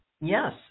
Yes